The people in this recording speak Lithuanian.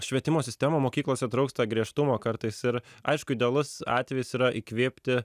švietimo sistema mokyklose trūksta griežtumo kartais ir aišku idealus atvejis yra įkvėpti